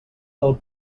del